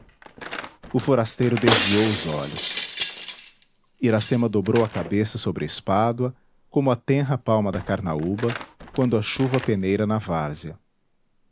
o forasteiro desviou os olhos iracema dobrou a cabeça sobre a espádua como a tenra palma da carnaúba quando a chuva peneira na várzea